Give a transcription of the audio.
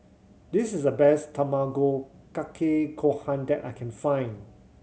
this is the best Tamago Kake Gohan that I can find